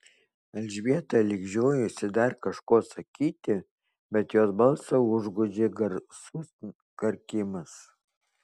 elžbieta lyg žiojosi dar kažko sakyti bet jos balsą užgožė garsus karkimas